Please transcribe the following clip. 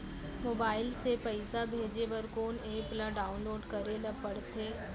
Mobile से पइसा भेजे बर कोन एप ल डाऊनलोड करे ला पड़थे?